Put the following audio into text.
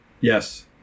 Yes